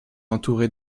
entouré